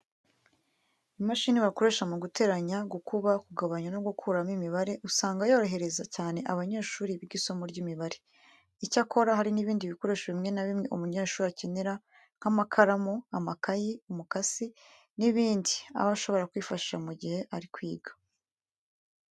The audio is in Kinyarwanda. Imashini bakoresha mu guteranya, gukuba, kugabanya no gukuramo imibare usanga yorohereza cyane abanyeshuri biga isomo ry'imibare. Icyakora, hari n'ibindi bikoresho bimwe na bimwe umunyeshuri akenera nk'amakaramu, amakayi, umukasi n'ibindi aba ashobora kwifashisha mu gihe ari kwiga.